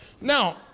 Now